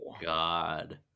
God